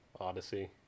Odyssey